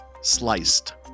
sliced